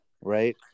right